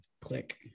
click